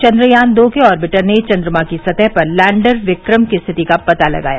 चंद्रयान दो के ऑर्बिटर ने चंद्रमा की सतह पर लैंडर विक्रम की स्थिति का पता लगाया